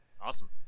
Awesome